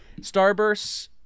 Starburst